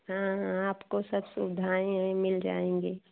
हाँ आपको सब सुविधाएँ मिल जाएँगी